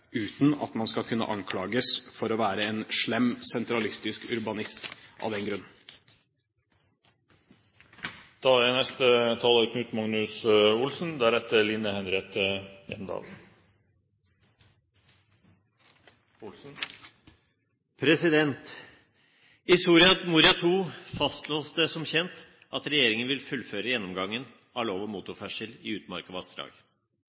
uten å anklage noen for å være en slem, sentralistisk urbanist. I Soria Moria II slås det som kjent fast at regjeringen vil fullføre gjennomgangen av lov om motorferdsel i utmark og vassdrag.